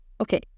Okay